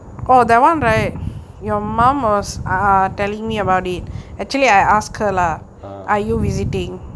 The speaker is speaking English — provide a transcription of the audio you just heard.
ah